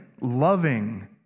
loving